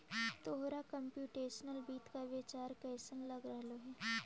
तोहरा कंप्युटेशनल वित्त का विचार कइसन लग रहलो हे